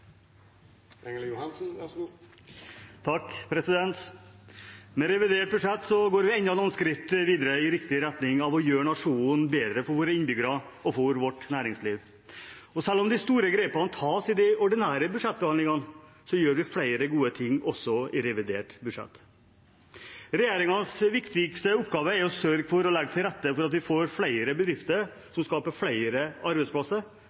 Med revidert budsjett går vi enda noen skritt videre i riktig retning av å gjøre nasjonen bedre for våre innbyggere og for vårt næringsliv. Selv om de store grepene tas i de ordinære budsjettbehandlingene, gjør vi flere gode ting også i revidert budsjett. Regjeringens viktigste oppgave er å sørge for å legge til rette for at vi får flere bedrifter, som skaper flere arbeidsplasser,